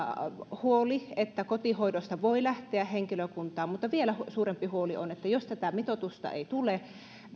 huoli että kotihoidosta voi lähteä henkilökuntaa mutta vielä suurempi huoli on että jos tätä mitoitusta ei tule